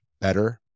better